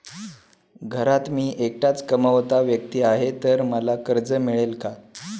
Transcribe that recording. घरात मी एकटाच कमावता व्यक्ती आहे तर मला कर्ज मिळेल का?